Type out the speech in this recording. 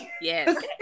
Yes